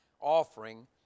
offering